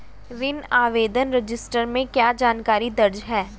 ऋण आवेदन रजिस्टर में क्या जानकारी दर्ज है?